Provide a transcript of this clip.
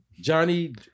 Johnny